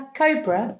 cobra